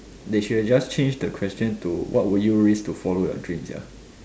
they should have just changed the question to what would you risk to follow your dreams sia